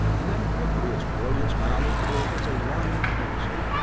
and then quickly its brilliance mounted till it was a line of crimson.